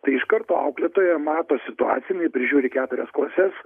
tai iš karto auklėtoja mato situaciją jinai prižiūri keturias klases